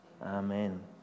Amen